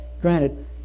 Granted